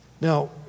Now